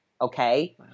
okay